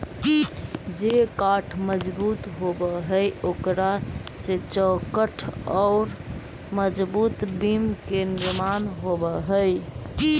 जे काष्ठ मजबूत होवऽ हई, ओकरा से चौखट औउर मजबूत बिम्ब के निर्माण होवऽ हई